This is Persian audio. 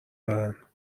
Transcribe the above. دارن